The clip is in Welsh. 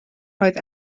roedd